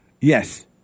Yes